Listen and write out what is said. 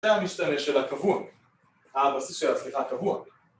‫זה המשתנה של הקבוע. ‫הבסיס של ה... סליחה הקבוע.